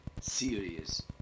serious